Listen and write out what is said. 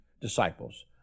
disciples